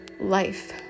life